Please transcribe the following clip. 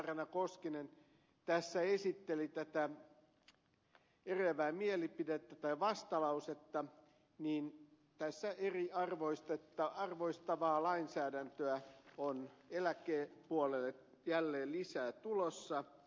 marjaana koskinen tässä esitteli tätä eriävää mielipidettä vastalausetta tässä eriarvoistavaa lainsäädäntöä on eläkepuolelle jälleen lisää tulossa